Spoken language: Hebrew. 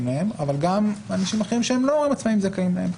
להן אבל גם אנשים אחרים שהם לא הורים עצמאיים שזכאים להן.